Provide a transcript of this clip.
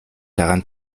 daran